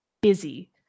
busy